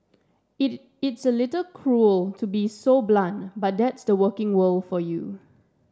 it it's a little cruel to be so blunt but that's the working world for you